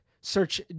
search